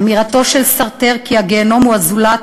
אמירתו של סארטר ש"הגיהינום הוא הזולת"